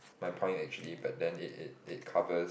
my point actually but then it it it covers